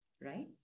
right